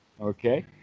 Okay